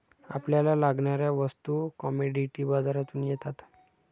आपल्याला लागणाऱ्या वस्तू कमॉडिटी बाजारातून येतात